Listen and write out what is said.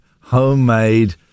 homemade